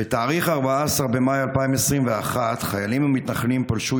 ב-14 במאי 2021 חיילים ומתנחלים פלשו